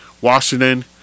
Washington